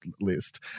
list